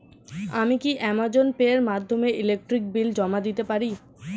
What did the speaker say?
আমি কি Amazon Pay এর মাধ্যমে ইলেকট্রিক বিল জমা দিতে পারি?